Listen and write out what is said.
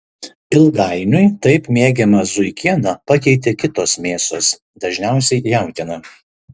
ilgainiui taip mėgiamą zuikieną pakeitė kitos mėsos dažniausiai jautiena